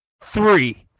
Three